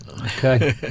Okay